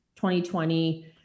2020